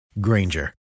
Granger